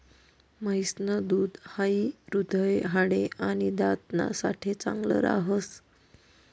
म्हैस न दूध हाई हृदय, हाडे, आणि दात ना साठे चांगल राहस